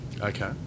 Okay